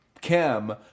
Kim